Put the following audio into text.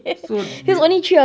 so